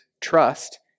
trust